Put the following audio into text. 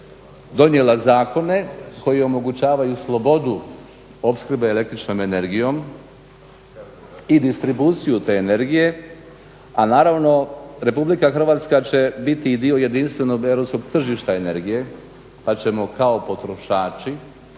donijela zakone koji omogućavaju slobodu opskrbe električnom energijom i distribuciju te energije a naravno RH će biti dio jedinstvenog europskog tržišta energije pa ćemo kao potrošači